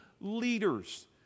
leaders